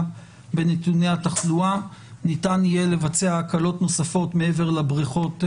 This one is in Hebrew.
בנתוני התחלואה ניתן יהיה לבצע הקלות נוספות מעבר לבריכות,